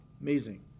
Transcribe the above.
amazing